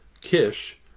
Kish